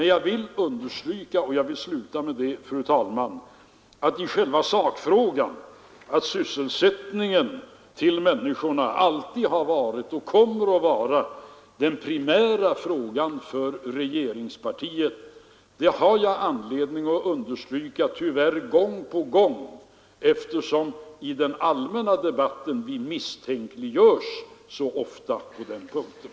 Jag vill, fru talman, till slut understryka att det primära för regeringspartiet i sakfrågan alltid varit människornas sysselsättning. Jag har tyvärr anledning att understryka detta gång på gång, eftersom vi i den allmänna debatten så ofta misstänkliggörs på den punkten.